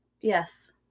Yes